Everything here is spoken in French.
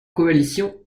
coalition